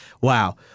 Wow